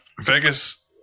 Vegas